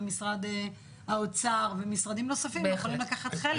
משרד האוצר ומשרדים נוספים יכולים לקחת חלק.